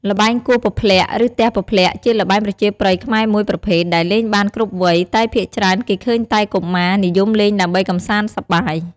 ល្បែងគោះពព្លាក់ ឬទះពព្លាក់ ជាល្បែងប្រជាប្រិយខ្មែរមួយប្រភេទដែលលេងបានគ្រប់វ័យ តែភាគច្រើនគេឃើញតែកុមារ និយមលេងដើម្បីកម្សាន្តសប្បាយ។